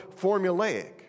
formulaic